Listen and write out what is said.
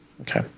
Okay